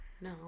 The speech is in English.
No